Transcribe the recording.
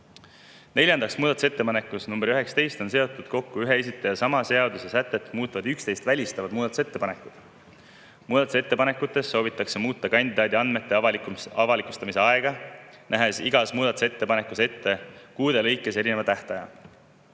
Neljandaks, muudatusettepanekus nr 19 on seotud kokku ühe esitaja sama seadusesätet muutvad üksteist välistavad muudatusettepanekud. Muudatusettepanekutega soovitakse muuta kandidaadi andmete avalikustamise aega, nähes igas muudatusettepanekus ette kuude lõikes erineva tähtaja.